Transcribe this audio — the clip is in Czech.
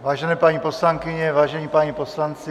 Vážené paní poslankyně, vážení páni poslanci.